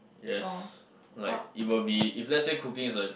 yes like it will be if let's say cooking is a